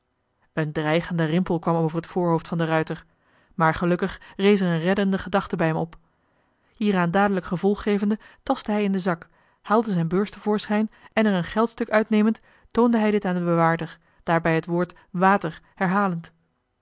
een dreigende rimpel kwam over het voorhoofd van de ruijter maar gelukkig rees er een reddende gedachte bij hem op hieraan dadelijk gevolg gevende tastte hij in den zak haalde zijn beurs te voorschijn en er een geldstuk uitnemend toonde hij dit aan den bewaarder daarbij het woord water herhalend